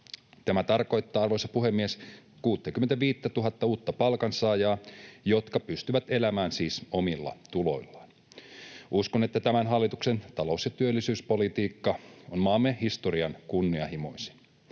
Tämä tarkoittaa, arvoisa puhemies, 65 000:ta uutta palkansaajaa, jotka siis pystyvät elämään omilla tuloillaan. Uskon, että tämän hallituksen talous- ja työllisyyspolitiikka on maamme historian kunnianhimoisin.